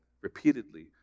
repeatedly